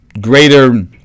greater